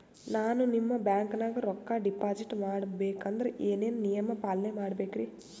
ನಾನು ನಿಮ್ಮ ಬ್ಯಾಂಕನಾಗ ರೊಕ್ಕಾ ಡಿಪಾಜಿಟ್ ಮಾಡ ಬೇಕಂದ್ರ ಏನೇನು ನಿಯಮ ಪಾಲನೇ ಮಾಡ್ಬೇಕ್ರಿ?